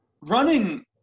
Running